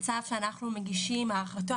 זה צו שאנחנו מגישים את הארכתו,